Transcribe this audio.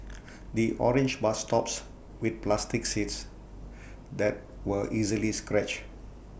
the orange bus stops with plastic seats that were easily scratched